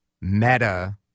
meta